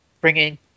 bringing